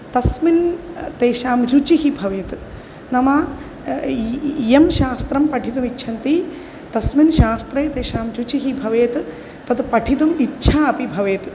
तस्मिन् तेषां रुचिः भवेत् नाम यं शास्त्रं पठितुमिच्छन्ति तस्मिन् शास्त्रे तेषां रुचिः भवेत् तत् पठितुम् इच्छा अपि भवेत्